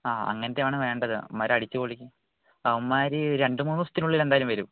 ആ അങ്ങനെത്തെയാണ് വേണ്ടത് അവന്മാർ അടിച്ച്പൊളിക്കാൻ അവന്മാർ രണ്ട് മൂന്ന് ദിവസത്തിനുള്ളിൽ എന്തായാലും വരും